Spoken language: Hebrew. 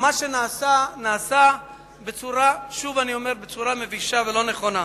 מה שנעשה, נעשה בצורה מבישה ולא נכונה.